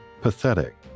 pathetic